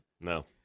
No